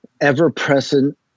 ever-present